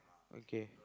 okay